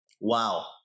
Wow